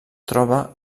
troba